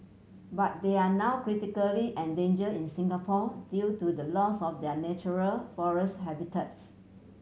but they are now critically endanger in Singapore due to the loss of their natural forest habitats